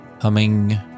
humming